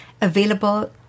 available